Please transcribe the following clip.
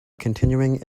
continuing